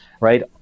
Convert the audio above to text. right